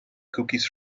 cookies